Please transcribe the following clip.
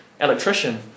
electrician